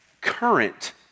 current